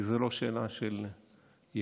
כי זו לא שאלה של ימין,